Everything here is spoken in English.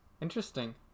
Interesting